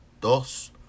dos